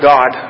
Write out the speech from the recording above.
God